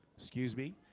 excuse me